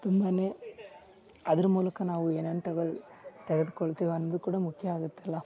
ತುಂಬಾನೇ ಅದರ್ಮೂಲಕ ನಾವು ಏನೇನು ತೆಗೆದುಕೊಳ್ತೀವಿ ಅಂದು ಕೂಡ ಮುಖ್ಯ ಆಗುತ್ತೆ ಅಲ್ಲಾ